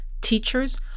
teachers